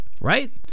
right